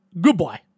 Goodbye